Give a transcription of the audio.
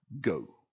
go